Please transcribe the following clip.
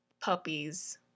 Puppies